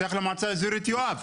שייך למועצה האזורית יואב.